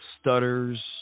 stutters